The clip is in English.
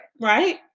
Right